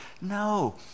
no